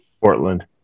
Portland